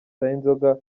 sayinzoga